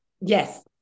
Yes